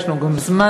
יש לנו גם זמן,